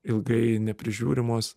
ilgai neprižiūrimos